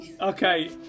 okay